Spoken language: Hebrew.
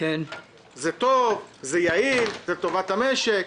זה טוב, זה יעיל, זה לטובת המשק".